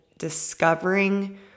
discovering